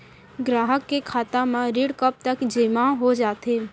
ग्राहक के खाता म ऋण कब तक जेमा हो जाथे?